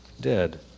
dead